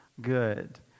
good